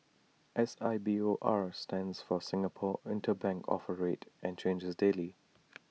S I B O R stands for Singapore interbank offer rate and changes daily